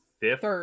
fifth